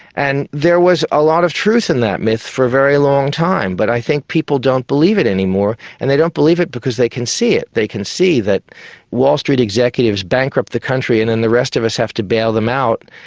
and there was a lot of truth in that myth for a very long time, but i think people don't believe it anymore and they don't believe it because they can see it. they can see that wall street executives bankrupt the country and then the rest of us have to bail them out,